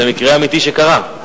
זה מקרה אמיתי שקרה.